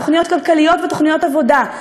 תוכניות כלכליות ותוכניות עבודה,